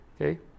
okay